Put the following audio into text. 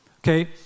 Okay